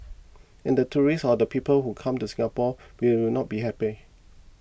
and the tourists or the people who come to Singapore will will not be happy